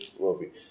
movie